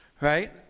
right